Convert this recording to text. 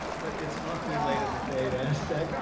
but it's awfully late in the day to ask that